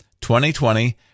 2020